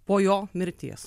po jo mirties